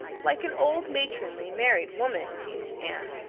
like an old, matronly, married woman, teased anne.